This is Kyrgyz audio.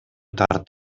тартып